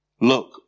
Look